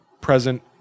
present